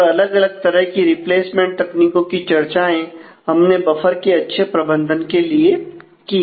और अलग अलग तरह की रिप्लेसमेंट तकनीकों की चर्चाए हमने बफर के अच्छे प्रबंधन के लिए की